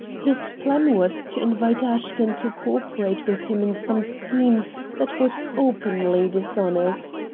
his plan was to invite ashton to co-operate with him in some scheme that was openly dishonest.